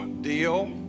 deal